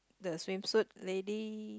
the swimsuit lady